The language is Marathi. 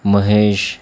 महेश